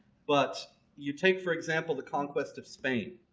but you take for example the conquest of spain.